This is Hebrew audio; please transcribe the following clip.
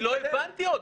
אני לא הבנתי עוד.